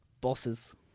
bosses